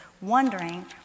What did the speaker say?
wondering